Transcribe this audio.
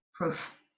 proof